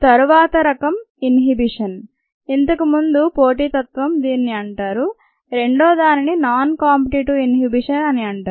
తరువాత రకం ఇన్హిబిషన్ ఇంతకు ముందు పోటీతత్వం దీనిని అంటారు రెండోదానిని నాన్ కాంపిటీటివ్ ఇన్హిబిషన్ అని అంటారు